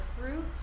fruit